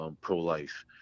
Pro-life